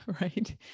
Right